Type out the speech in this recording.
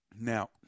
Now